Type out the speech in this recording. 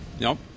No